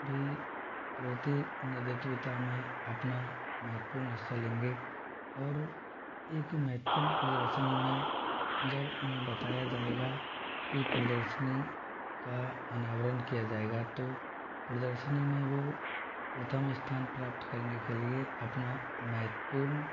भी प्रतिनिधित्वता में अपना महत्वपूर्ण हिस्सा लेंगे और एक महत्वपूर्ण प्रदर्शनी में जब उन्हें बताया जाएगा कि प्रदर्शनी का अनावरण किया जाएगा तो प्रदर्शनी में वो प्रथम स्थान प्राप्त करने के लिए अपना महत्वपूर्ण